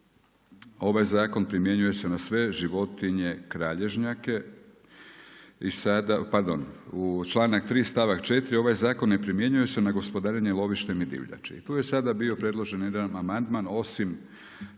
Ovaj zakon primjenjuje se na sve životinje kralježnjake i sada, pardon u članak 3. stavak 4. ovaj zakon ne primjenjuje se na gospodarenje lovištem i divljači. I tu je sada bio predložen jedan amandman osim